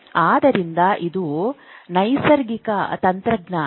ಆದ್ದರಿಂದ ಇದು ನೈಸರ್ಗಿಕ ತಂತ್ರಜ್ಞಾನ